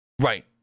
Right